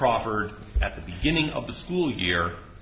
crawford at the beginning of the school year